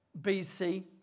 BC